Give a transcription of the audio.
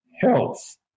health